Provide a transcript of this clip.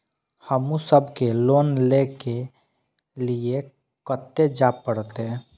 हमू सब के लोन ले के लीऐ कते जा परतें?